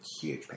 huge